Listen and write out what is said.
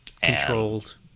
controlled